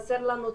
חסר לנו תקציב.